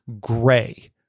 Gray